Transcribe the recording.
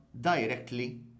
directly